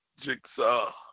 Jigsaw